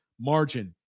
margin